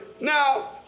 Now